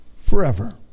forever